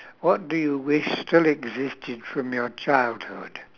what do you wish still existed from your childhood